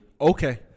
Okay